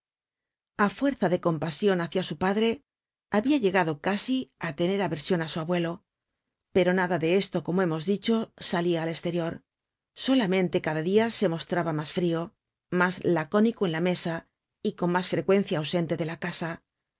a fuerza de compasion hacia su padre habia llegado casi á tener aversion á su abuelo pero nada de esto como hemos dicho salia al esterior solamente cada dia se mostraba mas frio mas lacónico en la mesa y con mas frecuencia ausente de la casa